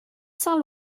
saint